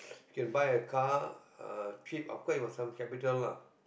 can buy a car uh cheap of course with some capital lah